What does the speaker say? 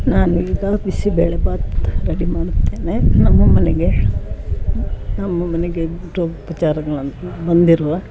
ನಾನು ಈಗ ಬಿಸಿಬೇಳೆಭಾತು ರೆಡಿ ಮಾಡುತ್ತೇನೆ ನಮ್ಮ ಮನೆಗೆ ನಮ್ಮ ಮನೆಗೆ ಗೃಹೋಪಚಾರಗಳನ್ ಬಂದಿರುವ